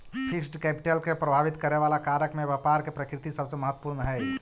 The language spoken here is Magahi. फिक्स्ड कैपिटल के प्रभावित करे वाला कारक में व्यापार के प्रकृति सबसे महत्वपूर्ण हई